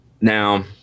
Now